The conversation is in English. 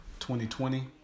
2020